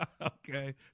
Okay